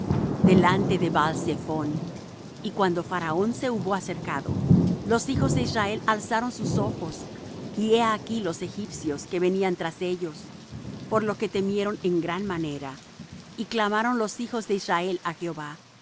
delante de baalzephón y cuando faraón se hubo acercado los hijos de israel alzaron sus ojos y he aquí los egipcios que venían tras ellos por lo que temieron en gran manera y clamaron los hijos de israel á jehová